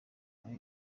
muri